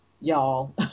y'all